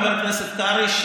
חבר הכנסת קרעי,